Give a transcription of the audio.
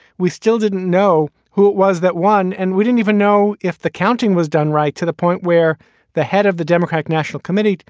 we still didn't know who it was that won. and we didn't even know if the counting was done right. to the point where the head of the democratic national committee,